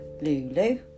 Lulu